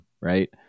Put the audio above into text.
right